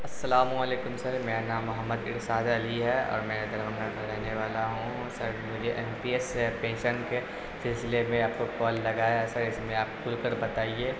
السلام علیکم سر میرا نام محمد ارشاد علی ہے اور میں دربھنگا کا رہنے والا ہوں سر مجھے ایم پی ایس پینشن کے اس لیے میں آپ کو کال لگایا ہے سر اس میں آپ کھل کر بتائیے